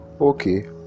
Okay